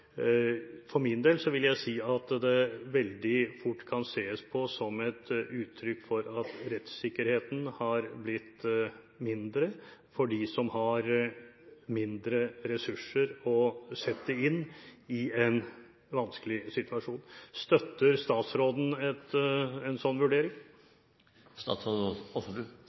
For min del vil jeg si at det veldig fort kan ses på som et uttrykk for at rettssikkerheten har blitt mindre for dem som har mindre ressurser å sette inn i en vanskelig situasjon. Støtter statsråden en sånn vurdering?